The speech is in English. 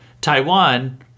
Taiwan